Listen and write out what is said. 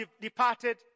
departed